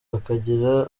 bakagira